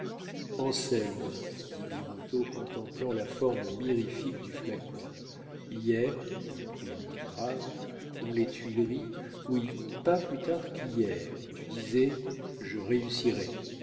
terme anselme dit birotteau contemplant la forme mirifique du flacon hier il prit un ton grave dans les tuileries oui pas plus tard qu'hier tu disais je réussirai